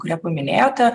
kurią paminėjote